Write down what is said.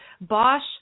Bosch